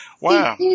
Wow